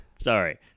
Sorry